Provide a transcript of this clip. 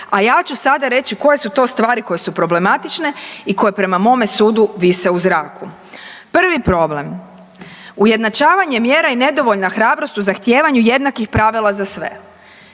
A ja ću sada reći koje su to stvari koje su problematične i koje prema mome sudu vise u zraku. Prvi problem ujednačavanje mjera i nedovoljna hrabrost u zahtijevanju jednakih pravila za sve.